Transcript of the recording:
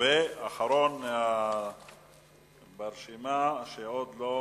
והאחרון ברשימה, שעוד לא